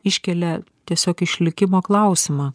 iškelia tiesiog išlikimo klausimą